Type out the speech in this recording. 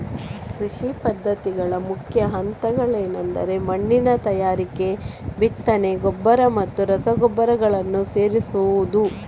ಕೃಷಿ ಪದ್ಧತಿಗಳ ಮುಖ್ಯ ಹಂತಗಳೆಂದರೆ ಮಣ್ಣಿನ ತಯಾರಿಕೆ, ಬಿತ್ತನೆ, ಗೊಬ್ಬರ ಮತ್ತು ರಸಗೊಬ್ಬರಗಳನ್ನು ಸೇರಿಸುವುದು